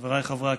חבריי חברי הכנסת,